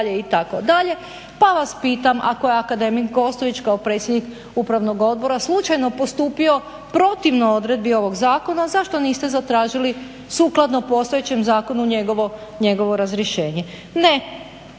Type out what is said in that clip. Pa vas pitam ako je akademik Kostović kao predsjednik upravnog odbora slučajno postupio protivno odredbi ovog zakona zašto niste zatražili sukladno postojećem zakonu njegovo razrješenje. Ne,